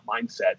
mindset